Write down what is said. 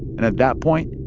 and at that point,